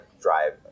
drive